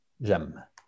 J'aime